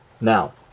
Now